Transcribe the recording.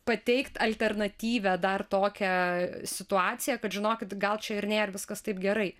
pateikt alternatyvią dar tokią situaciją kad žinokit gal čia ir nėr viskas taip gerai